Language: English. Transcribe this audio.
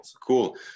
cool